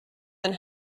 than